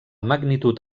magnitud